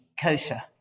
kosher